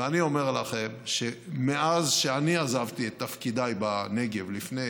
ואני אומר לכם שמאז שאני עזבתי את תפקידי בנגב לפני